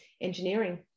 engineering